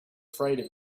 afraid